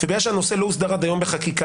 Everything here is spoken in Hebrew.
ובגלל שהנושא לא הוסדר עד היום בחקיקה,